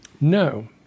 No